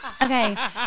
Okay